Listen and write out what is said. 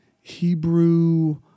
Hebrew